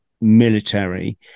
military